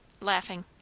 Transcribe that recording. Laughing